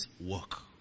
work